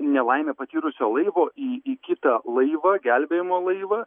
nelaimę patyrusio laivo į į kitą laivą gelbėjimo laivą